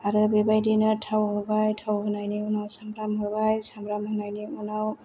आरो बेबायदिनो थाव होबाय थाव होनायनि उनाव सामब्राम होबाय सामब्राम होनायनि उनाव